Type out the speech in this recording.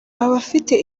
abafite